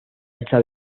isla